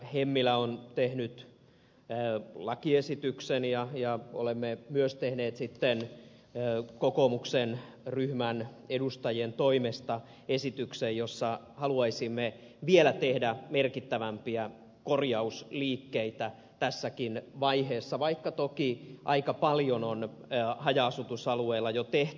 hemmilä on tehnyt lakiesityksen ja olemme myös tehneet kokoomuksen ryhmän edustajien toimesta esityksen jossa haluaisimme vielä tehdä merkittävämpiä korjausliikkeitä tässäkin vaiheessa vaikka toki aika paljon on haja asutusalueilla jo tehty